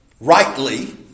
rightly